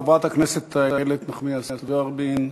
חברת הכנסת איילת נחמיאס ורבין.